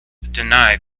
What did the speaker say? denied